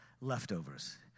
leftovers